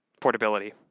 portability